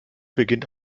beginnt